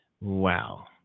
Wow